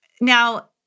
Now